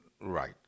Right